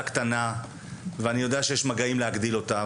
קטנה ואני יודע שיש מגעים להגדיל אותה,